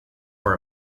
for